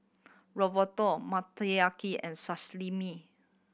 Ravioli Motoyaki and Salami